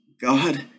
God